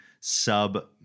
sub